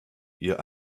ihr